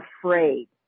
afraid